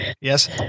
Yes